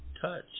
touch